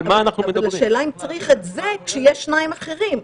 אבל השאלה אם צריך את זה כשיש שניים אחרים,